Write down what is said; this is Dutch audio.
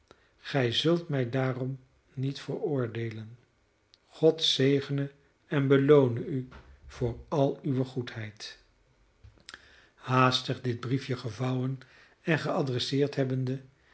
redden gij zult mij daarom niet veroordeelen god zegene en beloone u voor al uwe goedheid haastig dit briefje gevouwen en geadresseerd hebbende